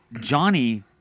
Johnny